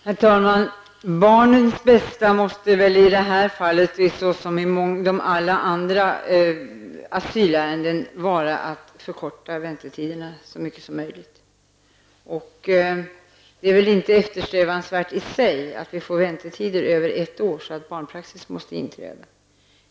Herr talman! Barnens bästa måste väl i detta fall, såsom i alla andra asylärenden, vara att förkorta väntetiderna så mycket som möjligt. Det är väl inte eftersträvansvärt i sig att vi får väntetider på över ett år, så att barnpraxis måste inträda.